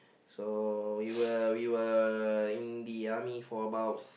so we were we were in the army for about